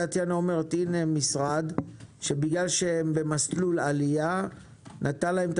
טטיאנה אומרת: הנה משרד שבגלל שהם במסלול עלייה נתן להם את